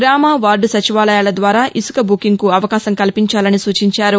గ్రామ వార్గ సచివాలయాల ద్వారా ఇసుక బుకింగ్కు అవకాశం కల్పించాలని సూచించారు